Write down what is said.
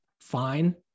fine